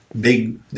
big